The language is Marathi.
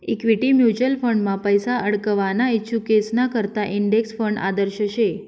इक्वीटी म्युचल फंडमा पैसा आडकवाना इच्छुकेसना करता इंडेक्स फंड आदर्श शे